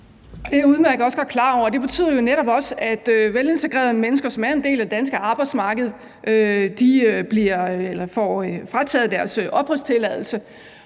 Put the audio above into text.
Det er jeg også udmærket klar over, og det betyder jo netop også, at velintegrerede mennesker, som er en del af det danske arbejdsmarked, får frataget deres opholdstilladelse.